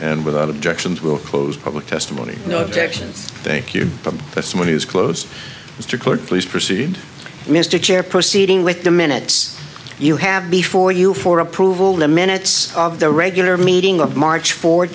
and without objections will close public testimony no objections thank you but if someone is close mr court please proceed mr chair proceeding with the minutes you have before you for approval the minutes of the regular meeting of march for